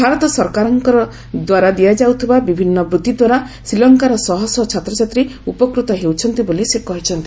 ଭାରତ ସରକାରଙ୍କର ଦ୍ୱାରା ଦିଆଯାଉଥିବା ବିଭିନ୍ନ ବୃତ୍ତି ଦ୍ୱାରା ଶ୍ରୀଲଙ୍କାର ଶହ ଶହ ଛାତ୍ରଛାତ୍ରୀ ଉପକୃତ ହେଉଛନ୍ତି ବୋଲି ସେ କହିଚ୍ଛନ୍ତି